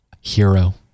Hero